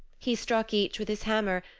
he struck each with his hammer,